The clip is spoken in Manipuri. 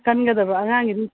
ꯀꯟꯒꯗꯕ ꯑꯉꯥꯡꯒꯤꯗꯤ